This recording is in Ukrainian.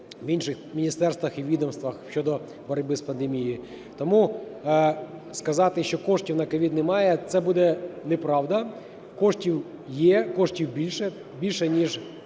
в інших міністерствах і відомствах щодо боротьби з пандемією. Тому сказати, що коштів на COVID немає, це буде неправда. Кошти є, коштів більше, більше, ніж